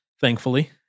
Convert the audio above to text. thankfully